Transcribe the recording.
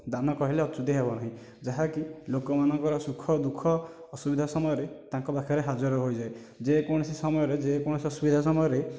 ଦାନ କହିଲେ ଅତ୍ୟୁକ୍ତି ହେବ ନାହିଁ ଯାହାକି ଲୋକମାନଙ୍କର ସୁଖଦୁଃଖ ଅସୁବିଧା ସମୟରେ ତାଙ୍କ ପାଖରେ ହାଜର ହୋଇଯାଏ ଯେକୌଣସି ସମୟରେ ଯେକୌଣସି ଅସୁବିଧା ସମୟରେ